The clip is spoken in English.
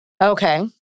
Okay